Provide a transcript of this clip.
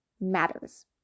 matters